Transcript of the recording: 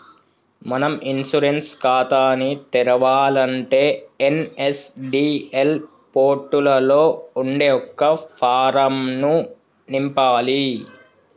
మనం ఇన్సూరెన్స్ ఖాతాని తెరవాలంటే ఎన్.ఎస్.డి.ఎల్ పోర్టులలో ఉండే ఒక ఫారం ను నింపాలి